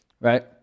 Right